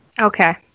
Okay